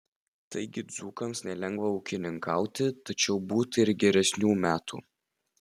taigi dzūkams nelengva ūkininkauti tačiau būta ir geresnių metų